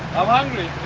i'm hungry.